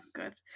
good